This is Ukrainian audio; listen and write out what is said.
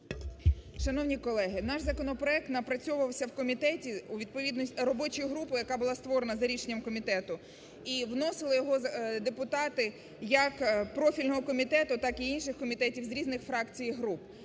Шановні колеги, наш законопроект напрацьовувався в комітеті у відпов… робочою групою, яка була створена за рішенням комітету. І вносили його депутати як профільного комітету, так і інших комітетів, з різних фракцій і груп.